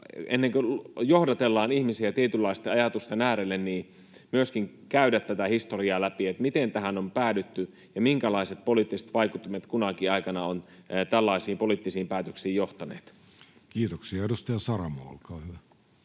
ennen kuin johdatellaan ihmisiä tietynlaisten ajatusten äärelle, myöskin käydä tätä historiaa läpi, miten tähän on päädytty ja minkälaiset poliittiset vaikuttimet kunakin aikana ovat tällaisiin poliittisiin päätöksiin johtaneet. [Speech 322] Speaker: